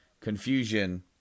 Confusion